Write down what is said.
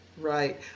Right